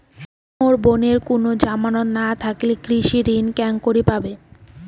মোর বোনের কুনো জামানত না থাকিলে কৃষি ঋণ কেঙকরি পাবে?